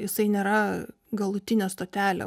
jisai nėra galutinė stotelė